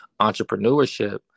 entrepreneurship